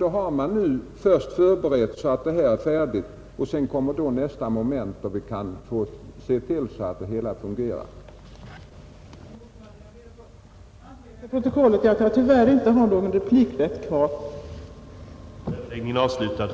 Nu har man först förberett sättet för mottagandet och sedan kommer nästa moment, då vi får se till att programmet realiseras. protokollet få antecknat att hon inte ägde rätt till ytterligare